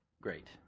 great